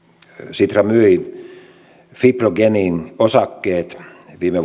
sitra myi fibrogenin osakkeet viime